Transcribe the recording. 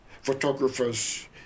photographers